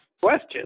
question